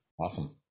Awesome